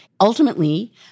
Ultimately